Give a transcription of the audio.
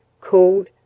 called